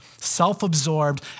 self-absorbed